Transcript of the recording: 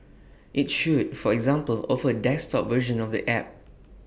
IT should for example offer desktop version of the app